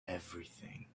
everything